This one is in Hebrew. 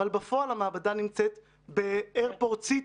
אבל בפועל המעבדה נמצאת באיירפורט סיטי.